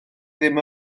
ddim